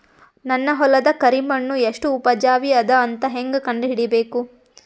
ನನ್ನ ಹೊಲದ ಕರಿ ಮಣ್ಣು ಎಷ್ಟು ಉಪಜಾವಿ ಅದ ಅಂತ ಹೇಂಗ ಕಂಡ ಹಿಡಿಬೇಕು?